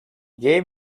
gave